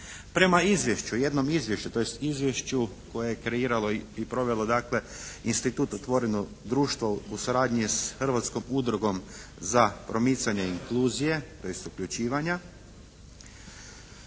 Prema izvješću, jednom izvješću, tj. izvješću koje je kreiralo i provelo dakle institut otvoreno društvo u suradnji s Hrvatskom udrugom za promicanje inkluzije, tj. uključivanja